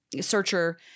Searcher